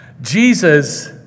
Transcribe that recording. Jesus